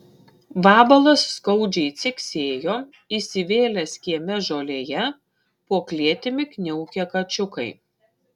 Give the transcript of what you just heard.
vabalas skaudžiai ciksėjo įsivėlęs kieme žolėje po klėtimi kniaukė kačiukai